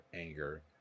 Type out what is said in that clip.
anger